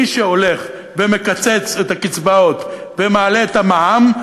מי שהולך ומקצץ את הקצבאות ומעלה את המע"מ,